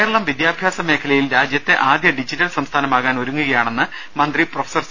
കേരളം വിദ്യാഭാസ മേഖലയിൽ രാജ്യത്തെ ആദ്യ ഡിജിറ്റൽ സംസ്ഥാനമാക്കാൻ ഒരുങ്ങുകയാണെന്ന് മന്ത്രി പ്രെഫ സി